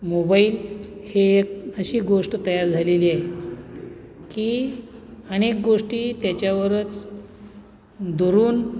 mobile ही एक अशी गोष्ट तयार झालेली आहे की अनेक गोष्टी त्याच्यावरच दुरून